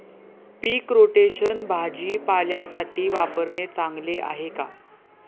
पीक rotation भाजीपाल्यासाठी वापरणे चांगले आहे का?